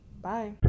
Bye